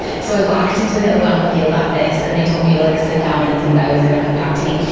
so, i walked into the obama field office and they told me to like sit down and some guy was going to come talk to me.